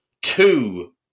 two